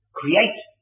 create